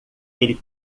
ele